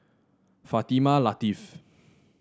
Fatimah Lateef